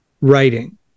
writing